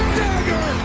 dagger